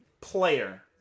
player